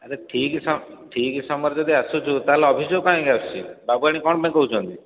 ଆରେ ଠିକ୍ ଠିକ୍ ସମୟରେ ଯଦି ଆସୁଛୁ ତା'ହେଲେ ଅଭିଯୋଗ କାହିଁକି ଆସୁଛି ବାବୁଆଣୀ କ'ଣ ପାଇଁ କହୁଛନ୍ତି